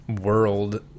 world